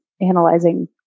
analyzing